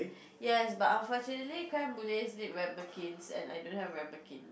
yes but unfortunately creme brulees needs ramekins and I don't have ramekins